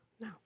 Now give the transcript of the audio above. No